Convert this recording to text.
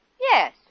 Yes